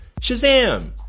Shazam